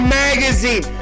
magazine